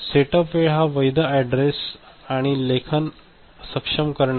setup वेळ हा वैध ऍडरेस आणि लेखन सक्षम करण्याच्या दरम्यान किमान वेळ असतो